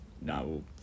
No